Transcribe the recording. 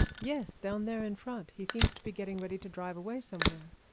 yes down there in front. he seems to be getting ready to drive away somewhere.